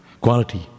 quality